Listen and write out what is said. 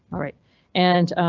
alright and.